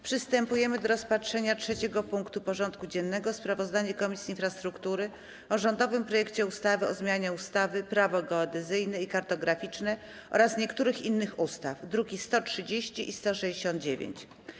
Przystępujemy do rozpatrzenia punktu 3. porządku dziennego: Sprawozdanie Komisji Infrastruktury o rządowym projekcie ustawy o zmianie ustawy - Prawo geodezyjne i kartograficzne oraz niektórych innych ustaw (druki nr 130 i 169)